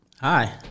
Hi